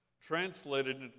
translated